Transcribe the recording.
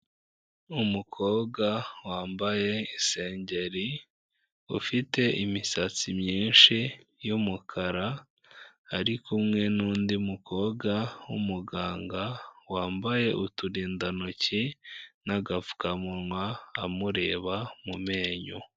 Umukobwa wambaye isengeri, ufite imisatsi myinshi y'umukara, ari kumwe n'undi mukobwa w'umuganga, wambaye uturindantoki n'agapfukamunwa amureba mu menyo.